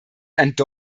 besteht